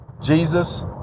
Jesus